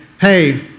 hey